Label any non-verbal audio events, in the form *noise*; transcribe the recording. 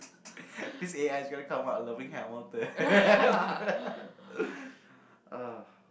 this A_I is gonna come out loving Hamilton *laughs* ugh